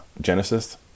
Genesis